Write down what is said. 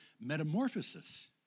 metamorphosis